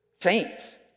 Saints